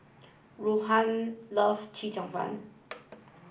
Ruthann love Chee Cheong Fun